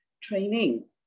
training